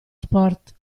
sport